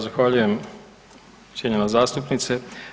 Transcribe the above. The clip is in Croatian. Zahvaljujem cijenjena zastupnice.